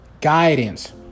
guidance